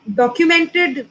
documented